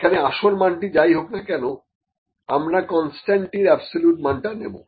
এখানে আসল মানটা যাই হোক না কেনআমরা কনস্ট্যান্ট টির অ্যাবসোলিউট মানটা নেব